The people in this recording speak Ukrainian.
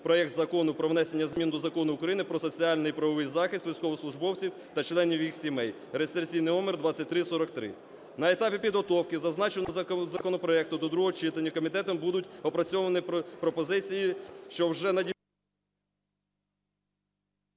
проект Закону про внесення змін до Закону України "Про соціальний і правовий захист військовослужбовців та членів їх сімей" (реєстраційний номер 2343). На етапі підготовки зазначеного законопроекту до другого читання комітетом будуть опрацьовані пропозиції, що вже…